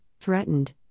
threatened